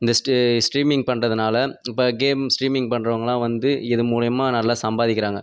இந்த ஸ்டீ ஸ்ட்ரீமிங் பண்றதினால இப்ப கேம் ஸ்ட்ரீமிங் பண்ணுறவங்கள்லாம் வந்து இது மூலியமாக நல்லா சம்பாதிக்கிறாங்க